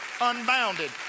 unbounded